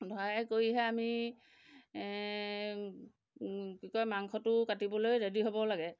ধৰাই কৰিহে আমি কি কয় মাংসটো কাটিবলৈ ৰেডি হ'ব লাগে